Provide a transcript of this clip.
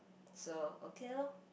so okay loh